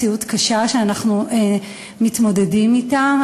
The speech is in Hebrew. מציאות קשה שאנחנו מתמודדים אתה,